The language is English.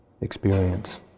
experience